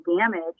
damage